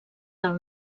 del